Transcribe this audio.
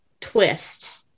twist